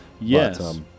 Yes